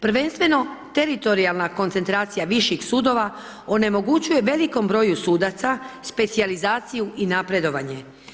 Prvenstveno teritorijalna koncentracija viših sudova onemogućuje velikom broju sudaca specijalizaciju i napredovanje.